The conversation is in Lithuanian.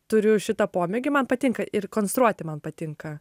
turiu šitą pomėgį man patinka ir konstruoti man patinka